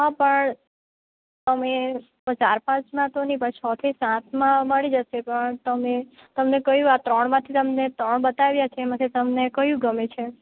હા પણ અમે ચાર પાંચમાં તો નહીં પણ છ થી સાતમાં મળી જશે પણ તમે તમને કયું આ ત્રણમાંથી તમને ત્રણ બતાવ્યા છે એમાંથી તમને કયું ગમે છે